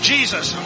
Jesus